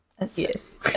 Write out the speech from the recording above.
yes